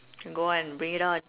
go on bring it on